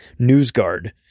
NewsGuard